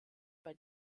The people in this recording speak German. bei